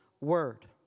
word